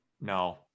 No